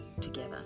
together